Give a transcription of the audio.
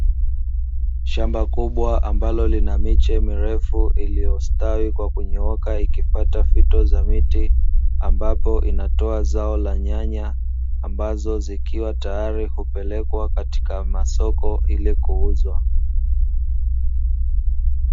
Shamba kubwa ambalo lina miche mirefu iliyostawi kwa kunyooka ikifata fito za miti, ambapo inatoa zao la nyanya ambazo zikiwa tayari hupelekwa katika masoko ili kuuzwa.